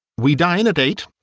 we dine at eight,